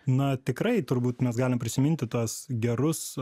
na tikrai turbūt mes galim prisiminti tuos gerus